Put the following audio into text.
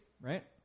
right